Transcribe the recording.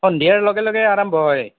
সন্ধিয়াৰ লগে লগে আৰম্ভ হয়